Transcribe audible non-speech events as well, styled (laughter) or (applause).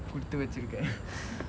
குடுத்து வச்சுருக்க:kuduthu vachirukka (laughs)